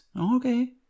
okay